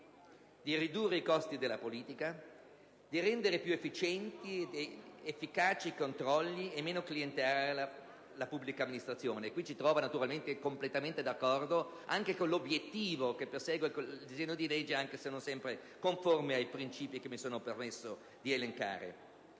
di ridurre i costi della politica, di rendere più efficienti ed efficaci i controlli e meno clientelare la pubblica amministrazione. A tale proposito, siamo completamente d'accordo con l'obiettivo che persegue il disegno di legge, anche se non è sempre conforme ai principi che mi sono permesso di elencare.